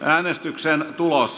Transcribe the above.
sihteeri luki